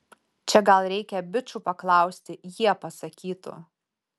čia gal reikia bičų paklausti jie pasakytų